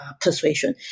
persuasion